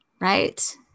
Right